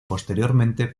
posteriormente